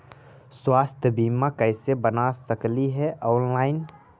स्वास्थ्य बीमा कैसे बना सकली हे ऑनलाइन?